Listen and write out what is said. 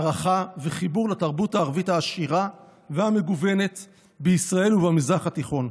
הערכה וחיבור לתרבות הערבית העשירה והמגוונת בישראל ובמזרח התיכון.